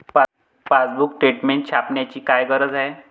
Passbook statement छापण्याची काय गरज आहे?